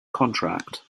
contract